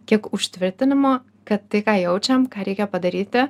kiek užtvirtinimo kad tai ką jaučiam ką reikia padaryti